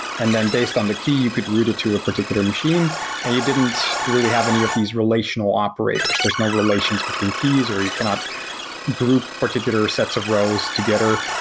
and then based on the key you could route it to a particular machine and you didn't really have any of these relational operators. there're no relations between keys or you cannot group particular sets of rows together,